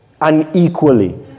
unequally